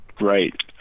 right